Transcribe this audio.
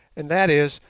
and that is,